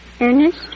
Ernest